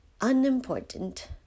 unimportant